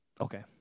okay